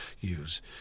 use